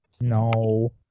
no